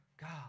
god